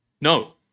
No